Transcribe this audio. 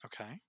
Okay